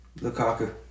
Lukaku